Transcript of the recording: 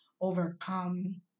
overcome